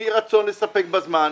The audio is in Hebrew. אי רצון לספק בזמן,